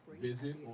visit